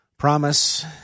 Promise